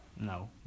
No